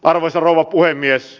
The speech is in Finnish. arvoisa rouva puhemies